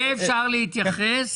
יהיה אפשר להתייחס.